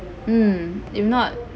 mm if not